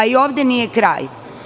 I ovde nije kraj.